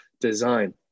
design